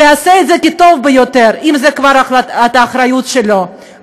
ויעשה את זה הטוב ביותר אם זאת כבר האחריות שלו.